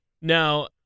now